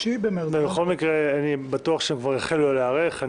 בכל מקרה אני בטוח שהם כבר החלו להיערך.